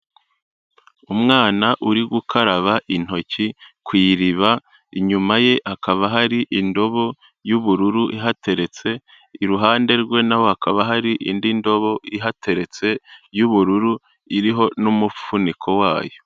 Umwana uri gukaraba intoki ku iriba, inyuma ye hakaba hari indobo y'ubururu ihateretse, iruhande rwe na ho hakaba hari indi ndobo ihateretse y'ubururu iriho n'umufuniko wayo.